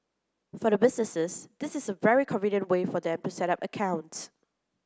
for the businesses this is a very convenient way for them to set up accounts